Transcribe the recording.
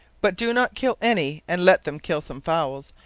but do not kill any, and let them kill some fowls,